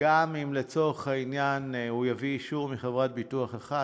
וגם אם לצורך העניין הוא יביא אישור מחברת ביטוח אחת,